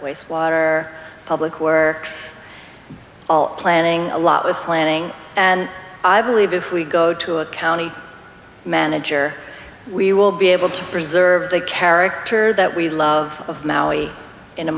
waste water public or all planning a lot with planning and i believe if we go to a county manager we will be able to preserve the character that we love of maui in a